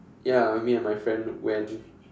ya me and my friend went